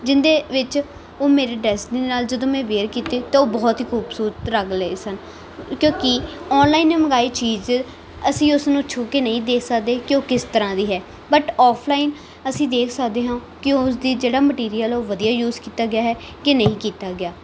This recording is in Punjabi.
ਜਿਹਦੇ ਵਿੱਚ ਉਹ ਮੇਰੀ ਡ੍ਰੈਸ ਦੇ ਨਾਲ ਜਦੋਂ ਮੈਂ ਵੇਅਰ ਕੀਤੇ ਤਾਂ ਉਹ ਬਹੁਤ ਹੀ ਖੂਬਸੂਰਤ ਲੱਗ ਰਹੇ ਸਨ ਕਿਉਂਕਿ ਆਨਲਾਈਨ ਮੰਗਾਈ ਚੀਜ਼ ਅਸੀਂ ਉਸਨੂੰ ਛੂਹ ਕੇ ਨਹੀਂ ਦੇਖ ਸਕਦੇ ਕਿ ਉਹ ਕਿਸ ਤਰ੍ਹਾਂ ਦੀ ਹੈ ਬਟ ਔਫਲਾਈਨ ਅਸੀਂ ਦੇਖ ਸਕਦੇ ਹਾਂ ਕੀ ਉਸ ਦੀ ਜਿਹੜਾ ਮਟੀਰੀਅਲ ਉਹ ਵਧੀਆ ਯੂਜ਼ ਕੀਤਾ ਗਿਆ ਹੈ ਕਿ ਨਹੀਂ ਕੀਤਾ ਗਿਆ